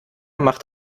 macht